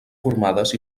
formades